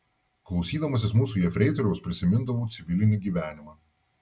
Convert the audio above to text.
klausydamasis mūsų jefreitoriaus prisimindavau civilinį gyvenimą